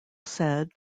said